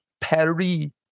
perry